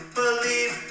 believe